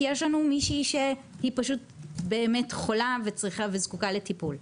כי יש לנו מישהי שהיא באמת חולה וזקוקה לטיפול,